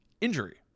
injury